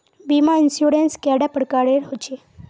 बीमा इंश्योरेंस कैडा प्रकारेर रेर होचे